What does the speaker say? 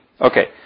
Okay